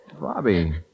Bobby